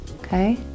Okay